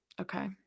Okay